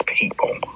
people